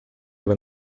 when